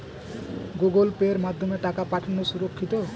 Google pay মাধ্যমে টাকা পাঠানোকে সুরক্ষিত?